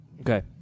Okay